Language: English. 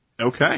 Okay